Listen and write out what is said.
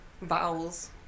vowels